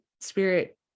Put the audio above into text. spirit